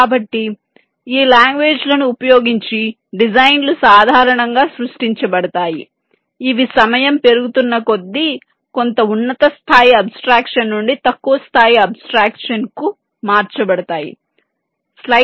కాబట్టి ఈ లాంగ్వేజ్ లను ఉపయోగించి డిజైన్లు సాధారణంగా సృష్టించబడతాయి ఇవి సమయం పెరుగుతున్న కొద్దీ కొంత ఉన్నత స్థాయి అబ్జెట్రాక్షన్ నుండి తక్కువ స్థాయి అబ్జెట్రాక్షన్ కు మార్చబడతాయి